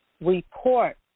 report